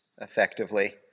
effectively